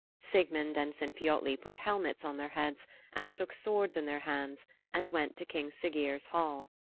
sigmund and sinfiotli put helmets on their heads and took swords in their hands and went to king siggeir's hall.